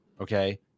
okay